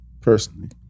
personally